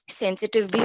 sensitive